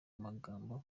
magambo